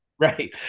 Right